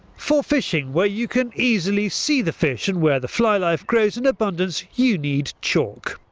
for fishing where you can easily see the fish and where the fly life grows in abundance, you need chalk.